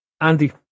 Andy